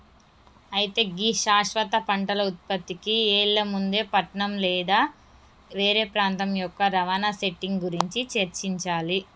అయితే గీ శాశ్వత పంటల ఉత్పత్తికి ఎళ్లే ముందు పట్నం లేదా వేరే ప్రాంతం యొక్క రవాణా సెట్టింగ్ గురించి చర్చించాలి